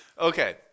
Okay